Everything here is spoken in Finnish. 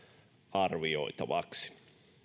arvioitavaksi